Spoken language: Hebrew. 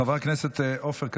חבר הכנסת עופר כסיף.